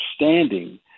understanding